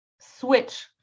switch